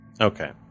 okay